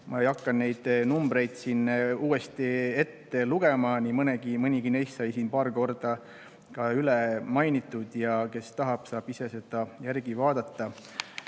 Ma ei hakka neid numbreid uuesti ette lugema, nii mõnigi neist sai siin paar korda üle mainitud, kes tahab, saab seda järele vaadata.